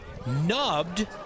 Nubbed